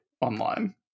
online